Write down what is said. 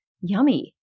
yummy